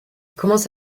commence